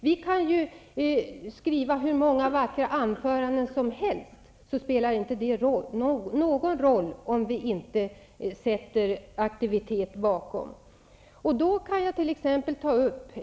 Vi kan skriva hur många vackra anföranden som helst, men det spelar inte någon roll om vi inte samtidigt är aktiva.